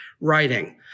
writing